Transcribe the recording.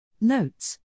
Notes